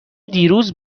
دیروز